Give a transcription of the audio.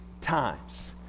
times